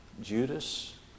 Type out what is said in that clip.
Judas